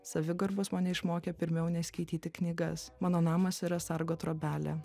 savigarbos mane išmokė pirmiau nei skaityti knygas mano namas yra sargo trobelė